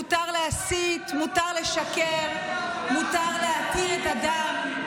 מותר לשקר, מותר להתיר את הדם.